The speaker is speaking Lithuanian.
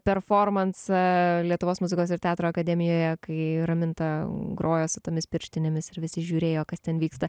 performansą lietuvos muzikos ir teatro akademijoje kai raminta groja su tomis pirštinėmis ir visi žiūrėjo kas ten vyksta